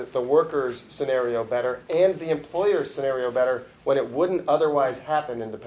that the workers scenario better and the employer scenario better but it wouldn't otherwise happen in the